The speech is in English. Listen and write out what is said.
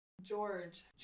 George